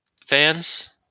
fans